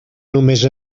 només